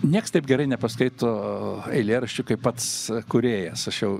nieks taip gerai nepaskaito eilėraščių kaip pats kūrėjas aš jau